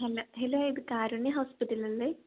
അല്ല ഹലോ ഇത് കാരുണ്യ ഹോസ്പിറ്റലല്ലേ